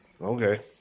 Okay